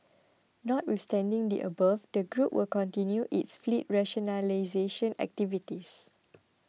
notwithstanding the above the group will continue its fleet rationalisation activities